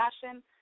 fashion